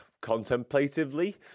contemplatively